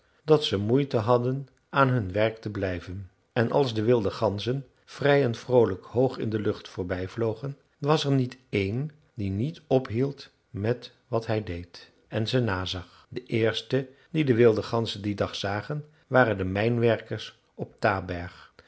dat ze moeite hadden aan hun werk te blijven en als de wilde ganzen vrij en vroolijk hoog in de lucht voorbijvlogen was er niet één die niet ophield met wat hij deed en ze nazag de eerste die de wilde ganzen dien dag zagen waren de mijnwerkers op taberg